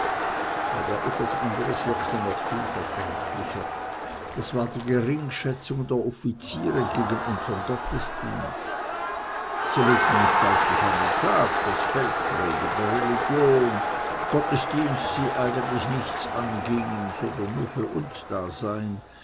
aber etwas anderes wirkte noch viel verderblicher das war die geringschätzung der offiziere gegen unsern gottesdienst sie legten es deutlich an den tag daß feldprediger religion gottesdienst sie eigentlich nichts angingen sondern nur für uns da seien